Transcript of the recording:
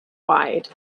wide